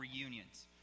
reunions